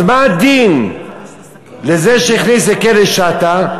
אז מה הדין לזה שהכניס לכלא שאטה,